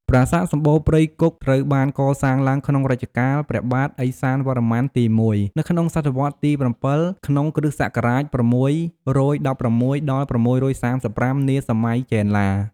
ប្រាសាទសម្បូរព្រៃគុក ត្រូវបានកសាងឡើងក្នុងរជ្ជកាលព្រះបាទឥសានវរ្ម័នទី១ នៅក្នុងសតវត្សរ៍ទី៧ ក្នុង គ្រិស្តសករាជ ៦១៦ ដល់ ៦៣៥ នាសម័យចេនឡា។